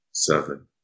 seven